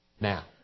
now